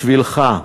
בשבילך.